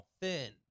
thin